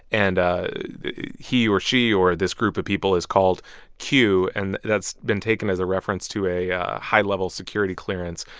and he or she or this group of people is called q, and that's been taken as a reference to a high-level security clearance.